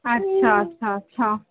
अच्छा अच्छा छा